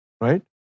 Right